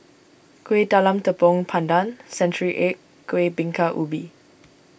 Kuih Talam Tepong Pandan Century Egg Kueh Bingka Ubi